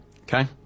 Okay